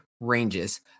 ranges